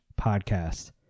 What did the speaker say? podcast